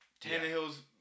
Tannehill's